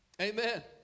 Amen